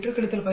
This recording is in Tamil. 8 15